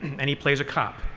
and he plays a cop,